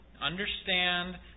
understand